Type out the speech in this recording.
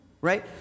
right